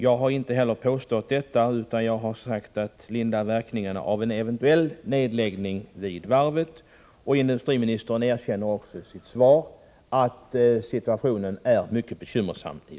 Jag har inte heller påstått detta, utan jag har talat om att man skulle lindra verkningarna av ”en eventuell nedläggning” av varvet. Industriministern erkänner också i svaret att situationen i regionen är mycket bekymmersam.